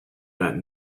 not